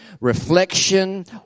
Reflection